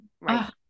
Right